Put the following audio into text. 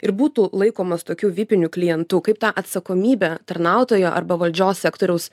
ir būtų laikomas tokiu vipiniu klientu kaip tą atsakomybę tarnautojo arba valdžios sektoriaus